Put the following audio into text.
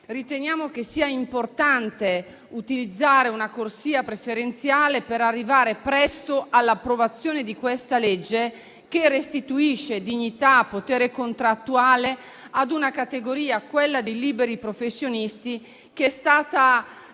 riteniamo importante utilizzare una corsia preferenziale per arrivare presto all'approvazione del testo in esame, che restituisce dignità e potere contrattuale a una categoria - quella dei liberi professionisti - che è stata